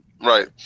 Right